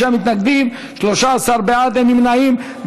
55 מתנגדים, 13 בעד, אין נמנעים.